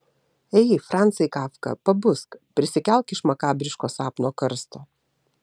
ei francai kafka pabusk prisikelk iš makabriško sapno karsto